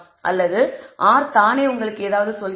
அல்லது R தானே உங்களுக்கு ஏதாவது சொல்கிறதா